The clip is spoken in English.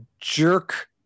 jerk